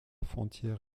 frontière